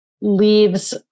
leaves